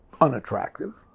unattractive